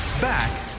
Back